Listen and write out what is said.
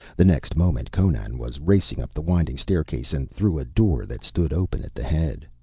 the next moment conan was racing up the winding staircase, and through a door that stood open at the head.